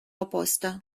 opposta